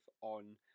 on